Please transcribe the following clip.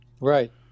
Right